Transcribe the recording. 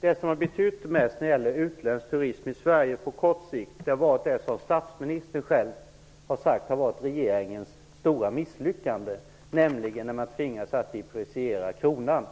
Det som har betytt mest för utländsk turism i Sverige på kort sikt är det som statsministern själv har sagt har varit regeringens stora misslyckande, nämligen att man tvingades depreciera kronan.